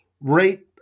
rate